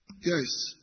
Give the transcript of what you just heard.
Yes